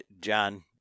John